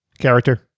Character